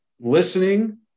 listening